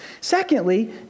Secondly